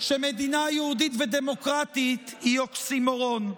שטוענים שמדינה יהודית ודמוקרטית היא אוקסימורון.